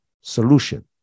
solution